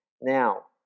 Now